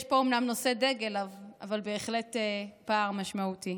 יש פה אומנם נושאי דגל, אבל בהחלט בפער משמעותי.